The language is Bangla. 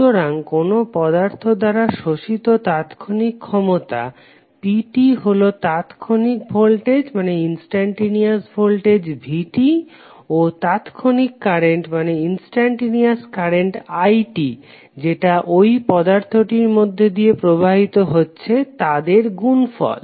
সুতরাং কোনো পদার্থ দ্বারা শোষিত তাৎক্ষণিক ক্ষমতা pt হলো তাৎক্ষণিক ভোল্টেজ vt ও তাৎক্ষণিক কারেন্ট it যেটা ওই পদার্থটির মধ্যে দিয়ে প্রবাহিত হছে তাদের গুণফল